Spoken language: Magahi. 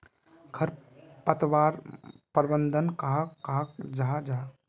खरपतवार प्रबंधन कहाक कहाल जाहा जाहा?